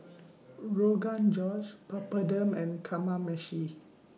Rogan Josh Papadum and Kamameshi